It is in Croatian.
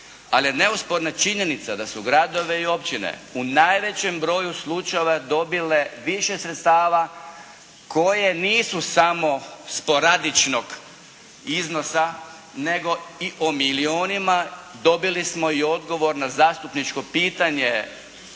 je neosporna činjenica da su gradove i općine u najvećem broju slučajeva dobile više sredstava koje nisu samo sporadičnog iznosa nego i o milijunima. Dobili smo i odgovor na zastupničko pitanje